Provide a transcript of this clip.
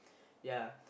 ya